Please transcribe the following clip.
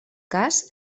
cas